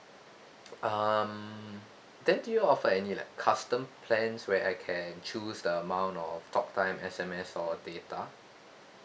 um then do you all offer like any custom plans where I can choose the amount of talk time S_M_S or data